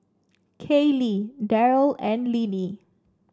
Kayleigh Deryl and Linnie